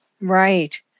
Right